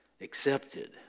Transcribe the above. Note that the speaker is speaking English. accepted